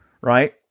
right